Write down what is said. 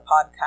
podcast